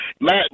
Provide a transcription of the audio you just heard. Matt